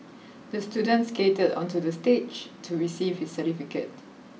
the student skated onto the stage to receive his certificate